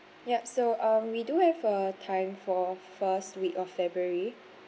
ya so uh we do have a time for first week of february